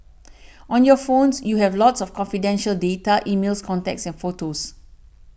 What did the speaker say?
on your phones you have a lot of confidential data emails contacts photos